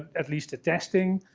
at least the testing.